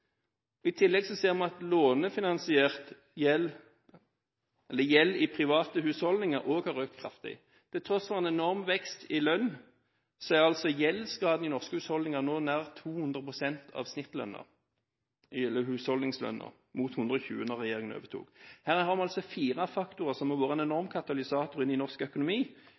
regjeringen. I tillegg ser vi at lånefinansiert gjeld eller gjeld i private husholdninger også har økt kraftig. Til tross for en enorm vekst i lønn er altså gjeldsgraden i norske husholdninger nå nær 200 pst. av snittlønnen – mot 120 pst. da regjeringen overtok. Her har altså vi fire faktorer som har vært en enorm katalysator inn i norsk økonomi,